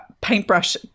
Paintbrush